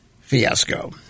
fiasco